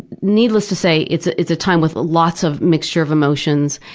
needless to say, it's it's a time with lots of mixture of emotions,